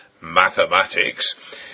mathematics